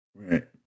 Right